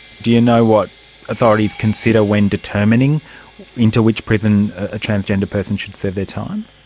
do you know what authorities consider when determining into which prison a transgender person should serve their time?